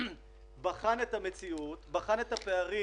בחן את המציאות, בחן את הפערים